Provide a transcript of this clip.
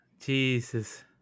jesus